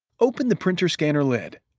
open the printer scanner lid.